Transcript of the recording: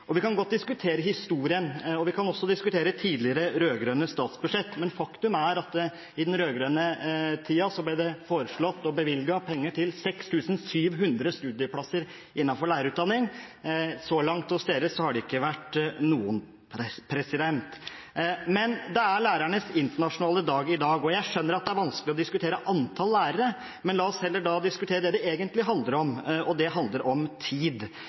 Vi kan godt diskutere historien, og vi kan også diskutere tidligere rød-grønne statsbudsjetter, men faktum er at i den rød-grønne tiden ble det foreslått og bevilget penger til 6 700 studieplasser innenfor lærerutdanning. Så langt hos dagens regjering har det ikke vært noen. Det er lærernes internasjonale dag i dag, og jeg skjønner at det er vanskelig å diskutere antall lærere. Men la oss heller da diskutere det det egentlig handler om, og det er tid.